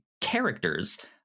characters